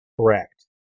Correct